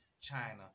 China